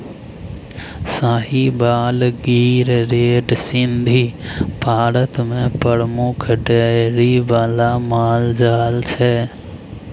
Sahiwal, Gir, red Sindhi Bharat मे प्रमुख dairy बला माल जाल छै